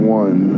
one